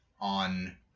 on